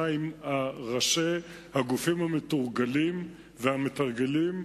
עם ראשי הגופים המתורגלים והמתרגלים,